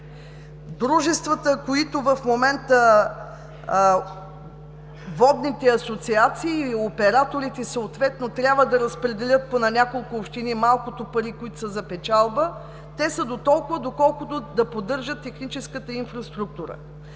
Дружествата, водните асоциации и операторите съответно трябва да разпределят по на няколко общини малкото пари, които са за печалба. Те са толкова, колкото да поддържат техническата инфраструктура.